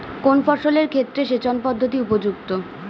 কোন ফসলের ক্ষেত্রে সেচন পদ্ধতি উপযুক্ত?